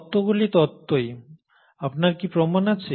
তত্ত্বগুলি তত্ত্বই আপনার কি প্রমাণ আছে